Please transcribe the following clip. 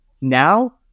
now